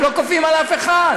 הם לא כופים על אף אחד,